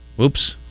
Oops